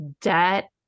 debt